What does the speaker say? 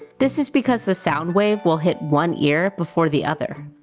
this is because the sound-wave will hit one ear before the other.